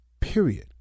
period